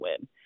win